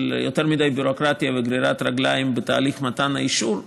ביותר מדי ביורוקרטיה וגרירת רגליים בתהליך מתן האישור.